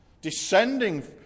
descending